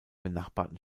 benachbarten